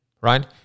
Right